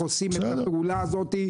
איך עושים את הפעולה הזאת.